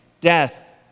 death